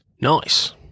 Nice